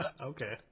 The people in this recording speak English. Okay